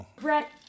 Brett